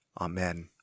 Amen